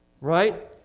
Right